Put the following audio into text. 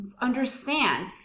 understand